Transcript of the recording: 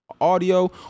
Audio